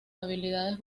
habilidades